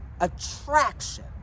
attraction